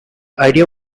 idea